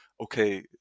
okay